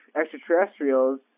extraterrestrials